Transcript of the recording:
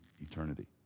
eternity